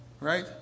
right